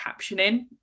captioning